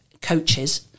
coaches